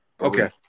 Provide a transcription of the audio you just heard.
Okay